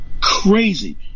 crazy